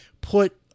put